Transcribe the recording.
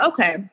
Okay